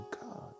God